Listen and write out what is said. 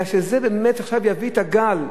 אלא שזה באמת יביא עכשיו את הגל,